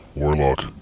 warlock